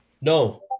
No